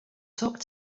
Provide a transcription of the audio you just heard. talk